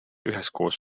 üheskoos